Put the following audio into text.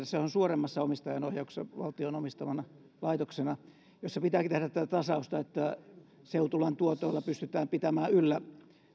se on suoremmassa omistajaohjauksessa valtion omistamana laitoksena jossa pitääkin tehdä tätä tasausta että seutulan tuotoilla pystytään pitämään yllä